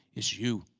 it's you,